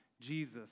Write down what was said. Jesus